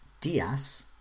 Diaz